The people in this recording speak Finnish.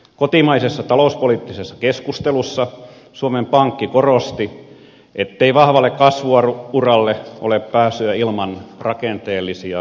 kotimaisessa talouspoliittisessa keskustelussa suomen pankki korosti ettei vahvalle kasvu uralle ole pääsyä ilman rakenteellisia uudistuksia